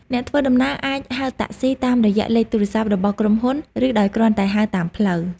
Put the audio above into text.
អ្នកធ្វើដំណើរអាចហៅតាក់ស៊ីតាមរយៈលេខទូរស័ព្ទរបស់ក្រុមហ៊ុនឬដោយគ្រាន់តែហៅតាមផ្លូវ។